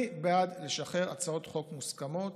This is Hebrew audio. אני בעד לשחרר הצעות חוק מוסכמות,